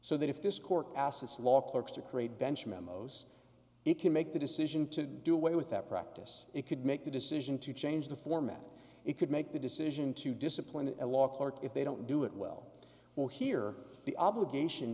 so that if this court passed its law clerks to create bench memos it can make the decision to do away with that practice it could make the decision to change the format it could make the decision to discipline a law clerk if they don't do it well we'll hear the obligation